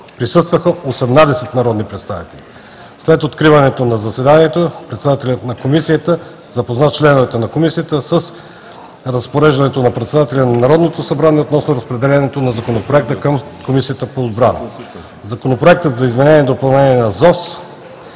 Присъстваха 18 народни представители. След откриване на заседанието председателят на Комисията по отбрана запозна членовете на Комисията с разпореждането на председателя на Народното събрание относно разпределянето на Законопроекта към Комисията по отбрана. Законопроектът за изменение и допълнение на